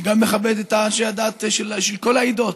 ומכבד גם את אנשי הדת של כל העדות.